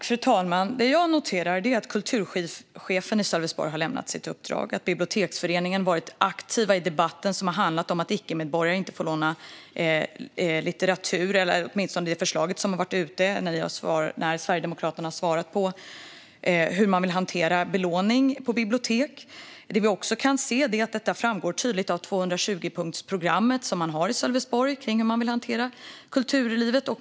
Fru talman! Det jag noterar är att kulturchefen i Sölvesborg har lämnat sitt uppdrag och att biblioteksföreningen har varit aktiv i debatten om att icke-medborgare inte får låna litteratur. Det är åtminstone ett förslag som har varit uppe när Sverigedemokraterna har svarat på frågan hur man vill hantera utlåning på bibliotek. Det vi också kan se är att detta framgår tydligt av det 220-punktsprogram man har i Sölvesborg kring hur man vill hantera kulturlivet.